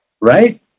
right